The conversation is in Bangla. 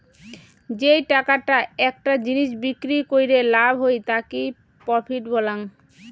যেই টাকাটা একটা জিনিস বিক্রি কইরে লাভ হই তাকি প্রফিট বলাঙ্গ